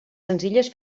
senzilles